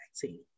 vaccine